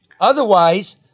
Otherwise